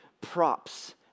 props